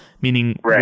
meaning